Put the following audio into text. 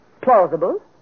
plausible